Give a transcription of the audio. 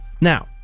Now